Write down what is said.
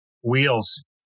Wheels